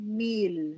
meal